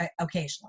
occasionally